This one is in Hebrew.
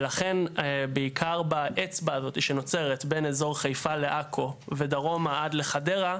ולכן בעיקר באצבע הזאת שנוצרת בין אזור חיפה לעכו ודרומה עד לחדרה,